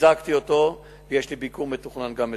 חיזקתי אותו, יש לי ביקור מתוכנן גם אצלו.